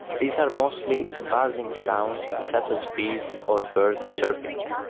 these are mostly buzzing sounds such as bees or birds chirping.